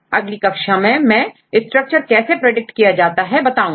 अगली कक्षा में मैं स्ट्रक्चर कैसे प्रिडिक्ट किया जाता है बताऊंगा